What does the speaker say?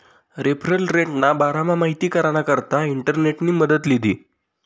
referral रेटना बारामा माहिती कराना करता इंटरनेटनी मदत लीधी